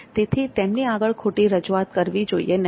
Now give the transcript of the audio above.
તેથી તેમની આગળ ખોટી રજૂઆત કરવી જોઈએ નહીં